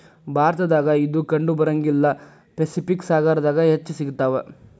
ಭಾರತದಾಗ ಇದು ಕಂಡಬರಂಗಿಲ್ಲಾ ಪೆಸಿಫಿಕ್ ಸಾಗರದಾಗ ಹೆಚ್ಚ ಸಿಗತಾವ